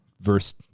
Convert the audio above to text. verse